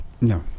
No